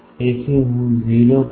તેથી હું 0